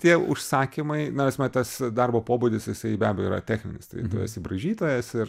tie užsakymai na tasme tas darbo pobūdis jisai be abejo yra techninis tai tu esi braižytojas ir